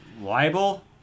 libel